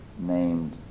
named